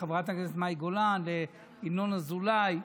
לחברת הכנסת מאי גולן, לינון אזולאי.